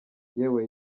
yewe